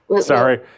Sorry